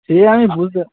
সে আমি বুঝতে